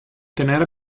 tenere